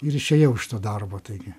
ir išėjau iš to darbo taigi